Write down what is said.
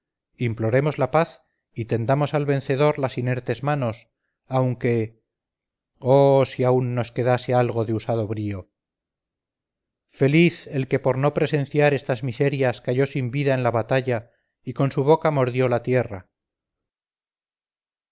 imploremos la paz y tendamos al vencedor las inertes manos aunque oh si aun nos quedase algo de usado brío feliz el que por no presenciar estas miserias cayó sin vida en la batalla y con su boca mordió la tierra